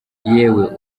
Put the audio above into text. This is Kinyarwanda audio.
yewe